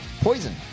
poison